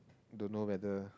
don't know whether